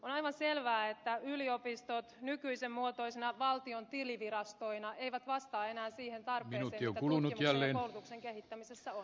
on aivan selvää että yliopistot nykyisen muotoisina valtion tilivirastoina eivät vastaa enää siihen tarpeeseen mitä tutkimuksen ja koulutuksen kehittämisessä on